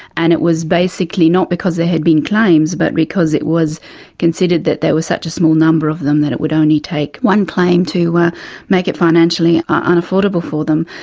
and it was basically not because there had been claims, but because it was considered that there were such a small number of them that it would only take one claim to make it financially ah unaffordable for them.